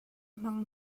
hman